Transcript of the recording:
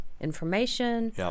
information